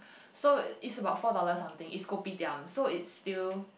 so is about four dollar something is kopitiam so it's still